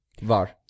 Var